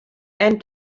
and